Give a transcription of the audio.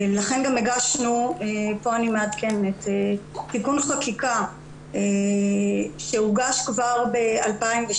לכן גם הגשנו וכאן אני מעדכנת תיקון חקיקה שהוגש כבר ב-2016,